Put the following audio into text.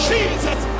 Jesus